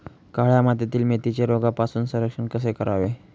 काळ्या मातीतील मेथीचे रोगापासून संरक्षण कसे करावे?